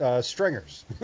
Stringers